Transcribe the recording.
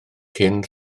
cyn